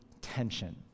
tension